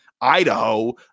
Idaho